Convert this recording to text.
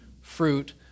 fruit